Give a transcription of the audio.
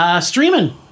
Streaming